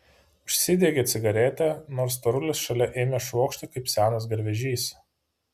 užsidegė cigaretę nors storulis šalia ėmė švokšti kaip senas garvežys